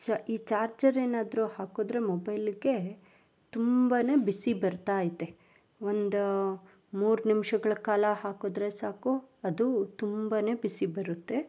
ಚ ಈ ಚಾರ್ಜರ್ ಏನಾದ್ರೂ ಹಾಕಿದ್ರೆ ಮೊಬೈಲಿಗೆ ತುಂಬಾ ಬಿಸಿ ಬರ್ತಾ ಐತೆ ಒಂದ ಮೂರು ನಿಮಿಷಗಳ ಕಾಲ ಹಾಕಿದ್ರೆ ಸಾಕು ಅದು ತುಂಬ ಬಿಸಿ ಬರುತ್ತೆ